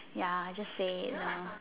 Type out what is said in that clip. ya just say nah